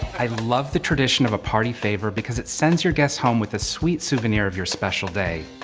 i love the tradition of a party favor because it sends your guest home with a sweet souvenir of your special day.